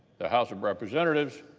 the house of representatives,